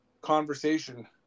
conversation